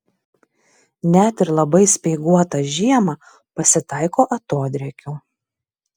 net ir labai speiguotą žiemą pasitaiko atodrėkių